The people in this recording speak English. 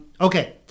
Okay